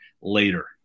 later